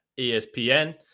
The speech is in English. ESPN